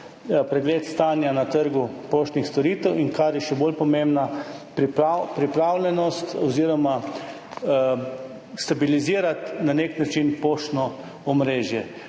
pregled stanja na trgu poštnih storitev, in kar je še bolj pomembno, pripravljenost oziroma na nek način stabilizirati poštno omrežje.